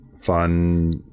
fun